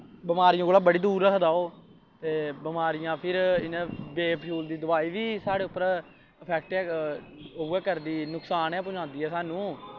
बमारियें कोला बड़ी दूर रखदा ओह् ते बमारियां फिर इ'यां बे फज़ूल दा दवाई बी साढ़े उप्पर फैक्ट उ'ऐ करदी नुकसान गै पजांदी ऐ सानूं